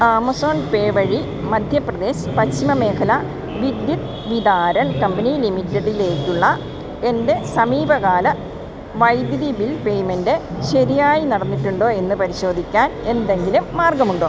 Amazon Pay വഴി മധ്യപ്രദേശ് പശ്ചിമ മേഖല വിദ്യുത് വിതാരൺ കമ്പനി ലിമിറ്റഡിലേക്കുള്ള എൻ്റെ സമീപകാല വൈദ്യുതി ബിൽ പേയ്മെൻറ്റ് ശരിയായി നടന്നിട്ടുണ്ടോയെന്ന് പരിശോധിക്കാൻ എന്തെങ്കിലും മാർഗമുണ്ടോ